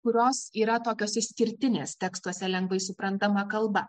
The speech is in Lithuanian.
kurios yra tokios išskirtinės tekstuose lengvai suprantama kalba